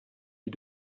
you